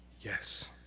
Yes